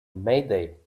mayday